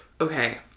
okay